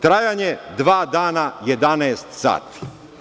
Trajanje, dva dana i 11 sati.